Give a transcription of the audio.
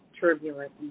turbulent